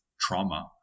trauma